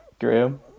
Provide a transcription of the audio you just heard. Graham